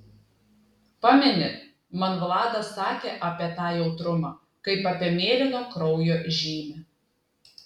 pameni man vladas sakė apie tą jautrumą kaip apie mėlyno kraujo žymę